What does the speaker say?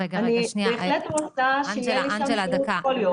אני בהחלט רוצה שיהיה לי שם שירות כל יום.